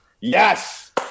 yes